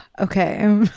Okay